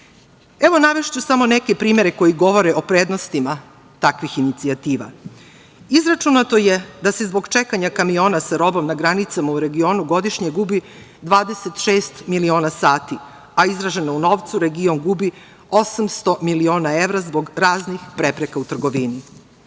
sadržaja. Navešću samo neke primere koji govore o prednostima takvih inicijativa. Izračunato je da se zbog čekanja kamiona sa robom na granicama u regionu godišnje gubi 26 miliona sati, a izraženo u novcu, region gubi 800 miliona evra zbog raznih prepreka u